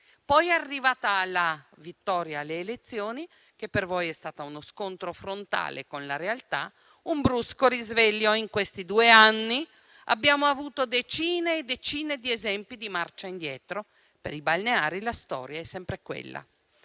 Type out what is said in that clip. Poi è arrivata la vittoria alle elezioni, che per voi è stata uno scontro frontale con la realtà e un brusco risveglio in questi due anni; abbiamo avuto decine e decine di esempi di marcia indietro e per i balneari la storia è sempre quella.